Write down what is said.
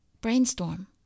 Brainstorm